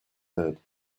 had